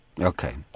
Okay